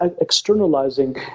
externalizing